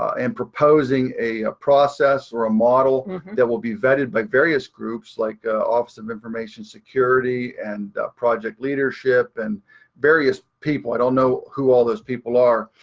and proposing a a process or a model that will be vetted by various groups like the office of information security, and project leadership, and various people. i don't know who all those people are.